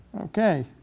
Okay